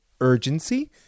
urgency